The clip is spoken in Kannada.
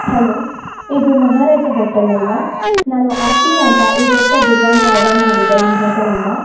ಹೆಲೋ ಇದು ಮಹಾರಾಜ ಹೋಟೆಲ್ ಅಲ್ವಾ ನಾನು ಆತ್ಮೀಯ ಅಂತ ಈಗಷ್ಟೆ ಬಿರ್ಯಾನಿ ಆರ್ಡರ್ ಮಾಡಿದ್ದೆ ನಿಮ್ಮ ಹೋಟೆಲಿಂದ